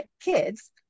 kids